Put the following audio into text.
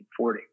1940